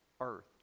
earth